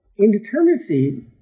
indeterminacy